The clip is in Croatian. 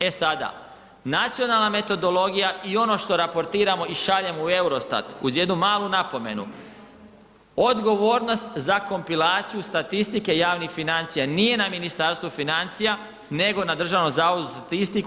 E sada, nacionalna metodologija i ono što raportiramo i šaljemo u EUROSTAT uz jednu malu napomenu, odgovornost za kompilaciju statistike javnih financija nije na Ministarstvu financija nego na DZS-u i HNB-u.